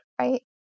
Right